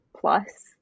plus